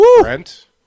Brent